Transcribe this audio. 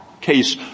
case